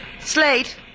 Slate